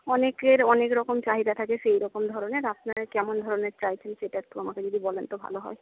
অনেকের অনেক রকম চাহিদা থাকে সেইরকম ধরনের আপনাদের কেমন ধরনের চাইছেন সেটা একটু আমাকে যদি বলেন তো ভালো হয়